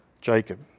Jacob